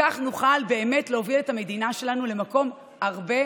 וכך נוכל באמת להוביל את המדינה שלנו למקום הרבה